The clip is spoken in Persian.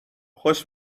خوش